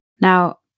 Now